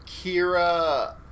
Kira